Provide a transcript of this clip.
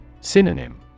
Synonym